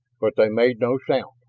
but they made no sound.